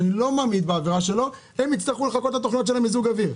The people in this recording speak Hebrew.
שאני לא ממעיט בעבירה שלו הם יצטרכו לחכות לתוכניות של מיזוג אוויר.